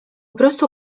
prostu